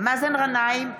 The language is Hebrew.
מאזן גנאים,